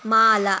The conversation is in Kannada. ಮಾಲ